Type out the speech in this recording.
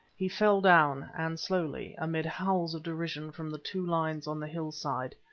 he fell down, and slowly, amid howls of derision from the two lines on the hill-side,